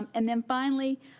um and then, finally,